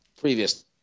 previous